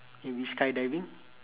maybe skydiving